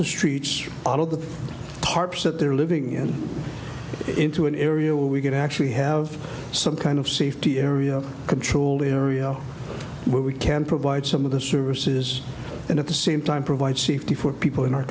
the streets out of the parts that they're living in into an area where we could actually have some kind of safety area controlled area where we can provide some of the services and at the same time provide safety for people in our